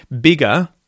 bigger